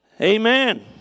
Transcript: Amen